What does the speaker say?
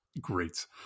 great